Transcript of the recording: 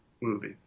movie